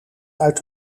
uit